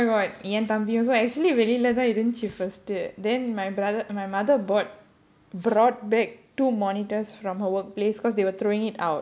oh my god என் தம்பி:en thambi also actually வெளில தான் இருந்துச்சு:velila thaan irunthuchu then my brother my mother bought brought back two monitors from her workplace because they were throwing it out